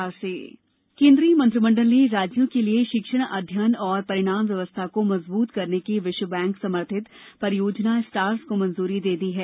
केन्द्रीय मंत्रिमंडल केन्द्रीय मंत्रिमंडल ने राज्यों के लिए शिक्षण अध्ययन और परिणाम व्यवस्था को मजबूत करने की विश्व बैंक समर्थित परियोजना स्टार्स को मंजूरी दे दी है